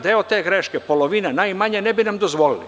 Deo te greške, polovina, najmanje, ne bi nam dozvolili.